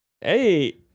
Hey